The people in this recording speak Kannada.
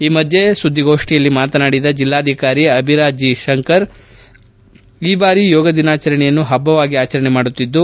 ಈ ಮಧ್ಯೆ ಸುದ್ದಿಗೋಷ್ಠಿಯಲ್ಲಿ ಮಾತನಾಡಿದ ಜಿಲ್ಲಾಧಿಕಾರಿ ಅಭಿರಾ ಜೀ ಶಂಕರ್ ಈ ಬಾರಿ ಯೋಗ ದಿನಾಚರಣೆಯನ್ನು ಹಬ್ಬವಾಗಿ ಆಚರಣೆ ಮಾಡುತ್ತಿದ್ದು